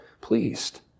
pleased